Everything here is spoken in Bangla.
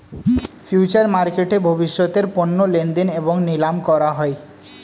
ফিউচার মার্কেটে ভবিষ্যতের পণ্য লেনদেন এবং নিলাম করা হয়